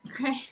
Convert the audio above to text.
Okay